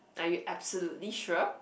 are you absolutely sure